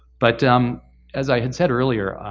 but um as i had said earlier,